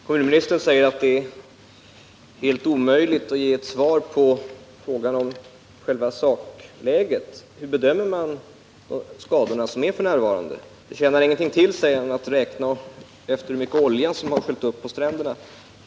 Herr talman! Kommunministern säger att det är helt omöjligt att ge ett svar på frågan om själva sakläget, dvs. hur man bedömer de nuvarande skadorna. Kommunministern säger att det inte tjänar någonting till att ta reda på hur mycket olja som sköljts upp på stränderna.